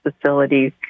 facilities